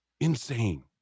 Insane